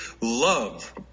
love